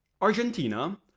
Argentina